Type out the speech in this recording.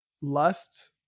Lust